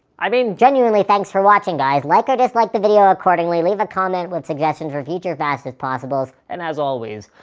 i mean, genuinely thanks for watching, guys. like or dislike the video accordingly, leave a comment with suggestions or future fast as possibles and as always,